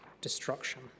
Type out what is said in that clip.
destruction